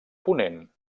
ponent